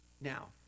Now